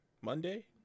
Monday